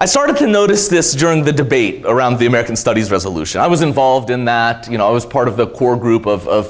i started to notice this during the debate around the american studies resolution i was involved in that you know i was part of the core group of